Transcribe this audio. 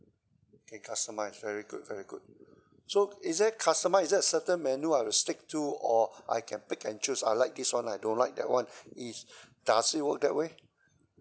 can customise very good very good so is there customise is there certain menu I have to stick to or I can pick and choose I like this one I don't like that one is does it work that way